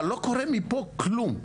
אבל לא קורה מפה כלום.